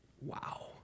Wow